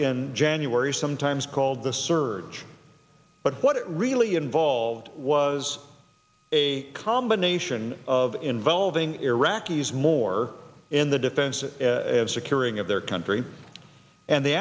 in january sometimes called the surge but what it really involved was a combination of involving iraqis more in the defense securing of their country and the